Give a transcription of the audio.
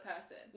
person